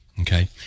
Okay